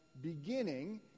beginning